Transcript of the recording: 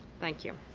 thank you.